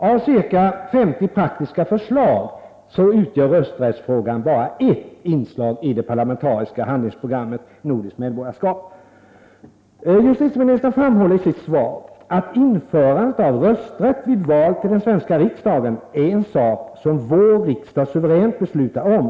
Av ca 50 praktiska förslag utgör rösträttsfrågan bara ert inslag i det parlamentariska handlingsprogrammet ”Nordiskt medborgarskap”. Justitieministern framhåller i sitt svar att införandet av rösträtt vid val till den svenska riksdagen är en sak som vår riksdag suveränt beslutar om.